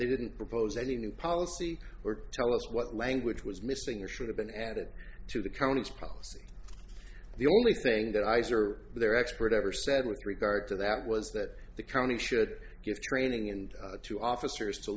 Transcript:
they didn't propose any new policy or tell us what language was missing or should have been added to the county's policy the only thing that eyes or their expert ever said with regard to that was that the county should give training and to officers to